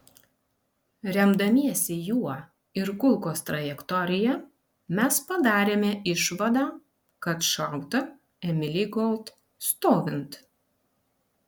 remdamiesi juo ir kulkos trajektorija mes padarėme išvadą kad šauta emilei gold stovint